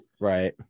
right